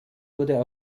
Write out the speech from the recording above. wurde